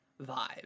vibe